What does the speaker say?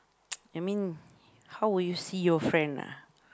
I mean how would you see your friend ah